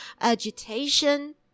agitation